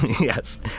Yes